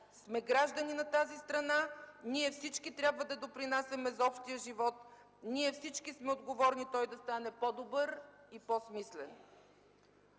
сме граждани на тази страна; ние всички трябва да допринасяме за общия живот; ние всички сме отговорни той да стане по-добър и по-смислен.